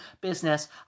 business